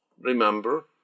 Remember